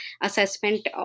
assessment